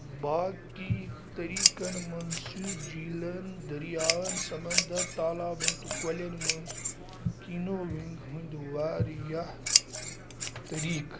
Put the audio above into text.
باقٕے طٔریٖقن مَنٛز چھِ جھیٖلن دٔریاوَن سمنٛدرَ تالابَن تہٕ کۄلٮ۪ن منٛز کینوینٛگ ہٕنٛدۍ وارِیاہ طریٖقہٕ